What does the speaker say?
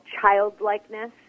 childlikeness